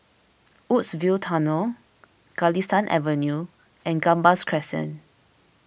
Woodsville Tunnel Galistan Avenue and Gambas Crescent